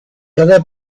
cada